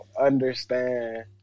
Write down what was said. understand